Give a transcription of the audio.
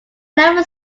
never